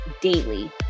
daily